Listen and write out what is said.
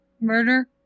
Murder